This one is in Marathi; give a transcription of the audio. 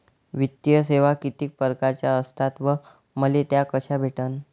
वित्तीय सेवा कितीक परकारच्या असतात व मले त्या कशा भेटन?